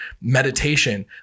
meditation